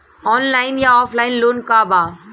Online या offline loan का बा?